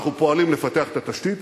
אנחנו פועלים לפתח את התשתית,